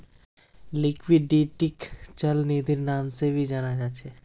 लिक्विडिटीक चल निधिर नाम से भी जाना जा छे